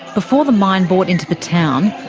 before the mine bought into the town,